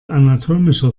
anatomischer